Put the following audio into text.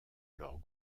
leurs